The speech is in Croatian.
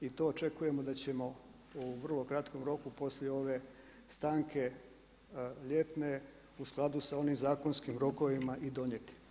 I to očekujemo da ćemo u vrlo kratkom roku poslije ove stanke ljetne u skladu sa onim zakonskim rokovima i donijeti.